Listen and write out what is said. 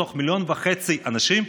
מתוך מיליון וחצי אנשים?